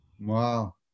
Wow